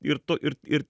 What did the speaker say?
ir tu ir ir